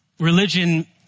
Religion